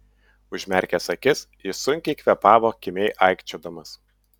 užmerkęs akis jis sunkiai kvėpavo kimiai aikčiodamas